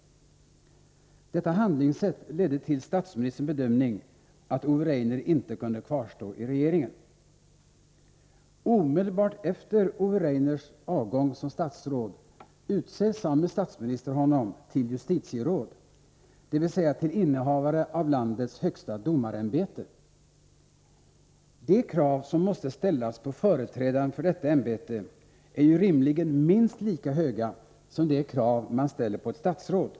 Detta handlingssätt ledde till statsministerns bedömning att Ove Rainer inte kunde kvarstå i regeringen. Omedelbart efter Ove Rainers avgång som statsråd utser samme statsminister honom till justitieråd, dvs. till innehavare av landets högsta domarämbete. De krav som måste ställas på företrädaren för detta ämbete är ju rimligen minst lika höga som de krav man ställer på ett statsråd.